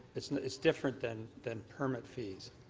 it's it's different than than permit fees.